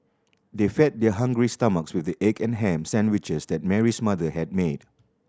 they fed their hungry stomachs with the egg and ham sandwiches that Mary's mother had made